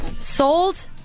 sold